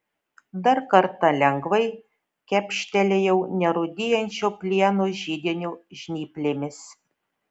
dar kartą lengvai kepštelėjau nerūdijančio plieno židinio žnyplėmis